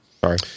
Sorry